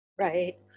Right